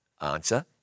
Answer